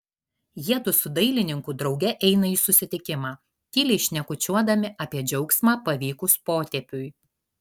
jiedu su dailininku drauge eina į susitikimą tyliai šnekučiuodami apie džiaugsmą pavykus potėpiui